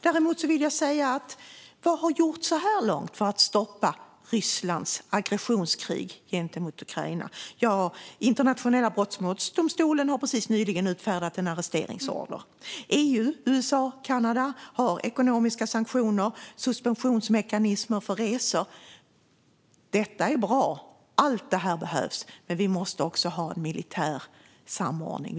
Däremot vill jag säga: Vad har gjorts så här långt för att stoppa Rysslands aggressionskrig mot Ukraina? Jo, Internationella brottmålsdomstolen har nyligen utfärdat en arresteringsorder. EU, USA och Kanada har ekonomiska sanktioner och suspensionsmekanismer för resor. Detta är bra, allt det här behövs, men vi måste också ha en militär samordning.